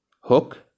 Hook